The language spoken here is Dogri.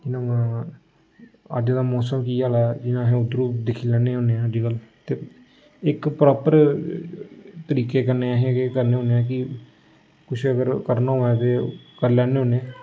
मतलब अज्ज दा मौसम कि'यै जनेहा जि'यां अस उद्धरूं दिक्खी लैन्ने होन्ने आं अजकल्ल ते इक प्रापर तरीके कन्नै अस केह् करने होन्नें कि कुछ अगर करना होऐ ते ओह् करी लैन्ने होन्नें